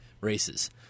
races